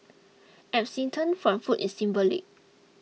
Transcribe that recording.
abstinence from food is symbolic